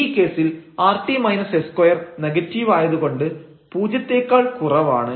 ഈ കേസിൽ rt s2 negative ആയതുകൊണ്ട് പൂജ്യത്തെക്കാൾ കുറവാണ്